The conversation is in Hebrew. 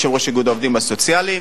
יושב-ראש איגוד העובדים הסוציאליים,